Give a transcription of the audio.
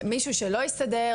מישהו שלא הסתדר,